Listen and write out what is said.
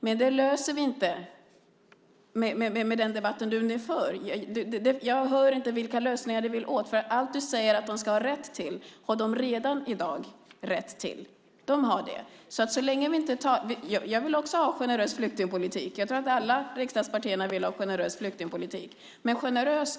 Men det löser vi inte med den debatt ni nu för. Allt du säger att de ska ha rätt till har de redan i dag rätt till. Jag vill också ha en generös flyktingpolitik. Jag tror att alla riksdagspartier vill ha det. Men en generös flyktingpolitik